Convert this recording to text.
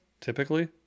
typically